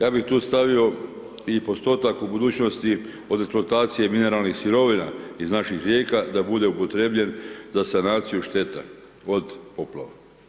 Ja bih tu stavio i postotak u budućnosti od eksploatacije mineralnih sirovina iz naših rijeka, da bude upotrijebljen za sanaciju šteta od poplava.